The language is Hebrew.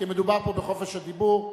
כי מדובר פה בחופש הדיבור.